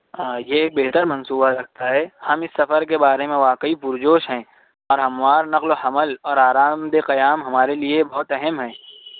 ہاں یہ بہتر منصوبہ لگتا ہے ہم اس سفر کے بارے میں واقعی پرجوش ہیں اور ہموار نقل و حمل اور آرام دہ قیام ہمارے لیے بہت اہم ہے